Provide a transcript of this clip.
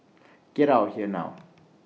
get out of here now